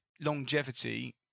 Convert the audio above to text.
longevity